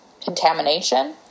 contamination